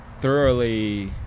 thoroughly